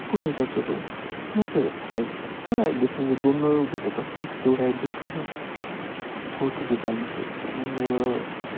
पूर्ण चर्चा करू नाही सर करा ॲडजस्ट समजा दोन नळ भेटत असेल तर तेवढा ॲडजेस्ट करा हो ठीक आहे चालेल सर मग